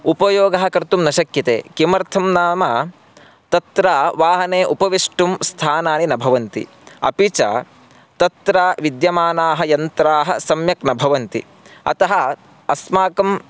उपयोगः कर्तुं न शक्यते किमर्थं नाम तत्र वाहने उपवेष्टुं स्थानानि न भवन्ति अपि च तत्र विद्यमानाः यन्त्राः सम्यक् न भवन्ति अतः अस्माकं